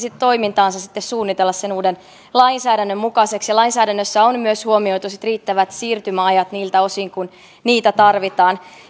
aikaa toimintaansa suunnitella uuden lainsäädännön mukaiseksi lainsäädännössä on myös huomioitu riittävät siirtymäajat niiltä osin kuin niitä tarvitaan